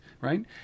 right